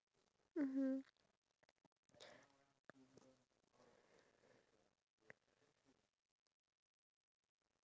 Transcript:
so that's actually a negative impact towards society because if you don't know how to socialise with people